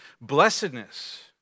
blessedness